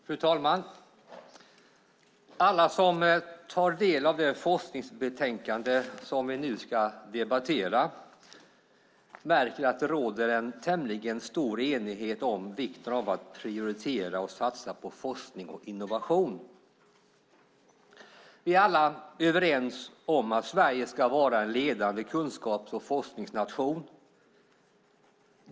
Fru talman! Alla som tar del av det forskningsbetänkande som vi nu ska debattera märker att det råder en tämligen stor enighet om vikten av att prioritera och satsa på forskning och innovation. Vi är alla överens om att Sverige ska vara en ledande kunskaps och forskningsnation.